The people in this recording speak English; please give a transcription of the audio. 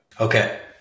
Okay